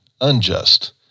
unjust